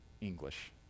English